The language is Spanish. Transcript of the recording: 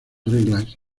reglas